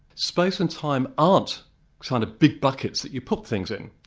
space and time aren't kind of big buckets that you put things in.